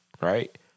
right